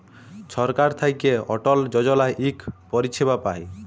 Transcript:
ছরকার থ্যাইকে অটল যজলা ইক পরিছেবা পায়